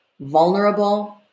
vulnerable